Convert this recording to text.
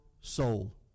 soul